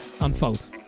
unfold